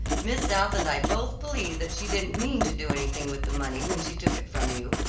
miss south and i both believe that she didn't mean to do anything with the money when she took it from you,